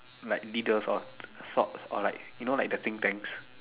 like leaders of thoughts or like you know like the think tank